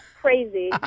crazy